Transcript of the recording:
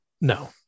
No